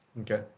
Okay